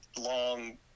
long